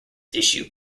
issue